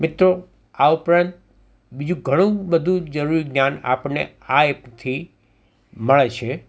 મિત્રો આ ઉપરાંત બીજું ઘણું બધું જરૂરી જ્ઞાન આપણને આ એપથી મળે છે